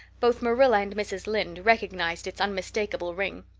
both marilla and mrs. lynde recognized its unmistakable ring.